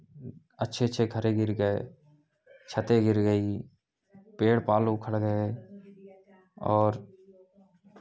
अच्छे अच्छे घर गिर गए छतें गिर गईं पेड़ पाल उखड़ गए और